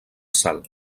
cel